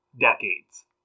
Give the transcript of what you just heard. decades